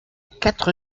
quatre